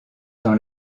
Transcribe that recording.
dans